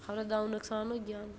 खबरै द'ऊं नुकसान गै होग